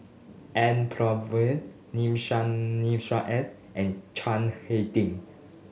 N Palanivelu Nissim Nassim Adis and Chiang Hai Ding